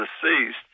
deceased